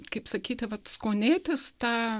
kaip sakyti vat skonėtis